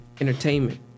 entertainment